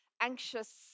anxious